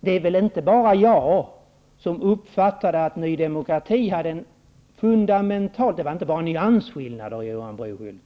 Det är väl inte bara jag som uppfattat att Ny demokrati hade en fundamentalt annorlunda inställning -- här var det inte bara fråga om nyansskillnader, Johan Brohult